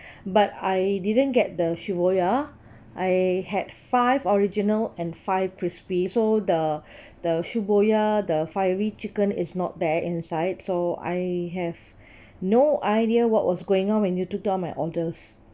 but I didn't get the I had five original and five crispy so the the the fiery chicken is not there inside so I have no idea what was going on when you took down my orders